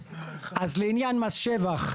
אז לעניין מס שבח,